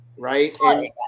Right